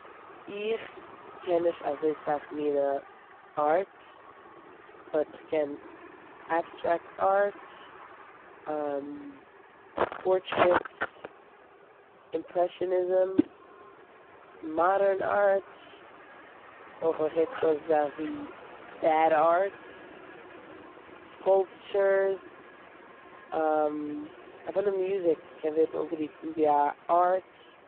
איך קען נישט אזוי סאך מינע ארט באט איך קען עבסטרעקט ארט, פארטרעיטס, אימפרעשיניזם, מאדערן ארט, אויך האב איך געהערט ס'איז דא אזא זאך ווי בעד ארט, סקולפטורס, אפילו מוזיק קען ווערן אנגערופן ווי א ארט.